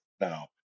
now